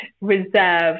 reserve